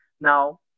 Now